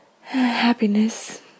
Happiness